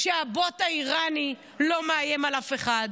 שהבוט האיראני לא מאיים על אף אחד?